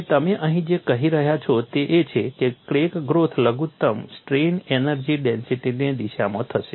અને તમે અહીં જે કહી રહ્યા છો તે એ છે કે ક્રેક ગ્રોથ લઘુત્તમ સ્ટ્રેઇન એનર્જી ડેન્સિટીની દિશામાં થશે